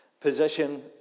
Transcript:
Position